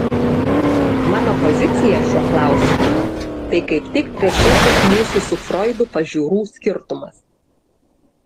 mano pozicija šiuo klausimu tai kaip tik trečiasis mūsų su froidu pažiūrų skirtumas